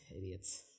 Idiots